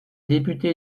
député